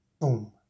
Boom